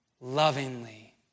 lovingly